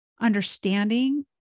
understanding